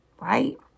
right